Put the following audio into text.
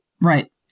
Right